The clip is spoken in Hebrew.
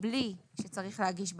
בלי שצריך להגיש בקשה,